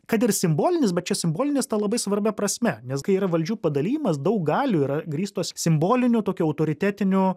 kad ir simbolinis bet čia simbolinis ta labai svarbia prasme nes kai yra valdžių padalijimas daug galių yra grįstos simboliniu tokiu autoritetiniu